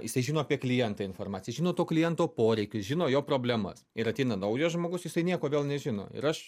jisai žino apie klientą informaciją žino to kliento poreikius žino jo problemas ir ateina naujas žmogus jisai nieko nežino ir aš